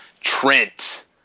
Trent